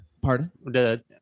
Pardon